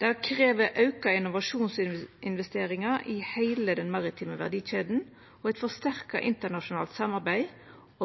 Det krev auka innovasjon og investeringar i heile den maritime verdikjeda og eit forsterka internasjonalt samarbeid.